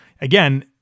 again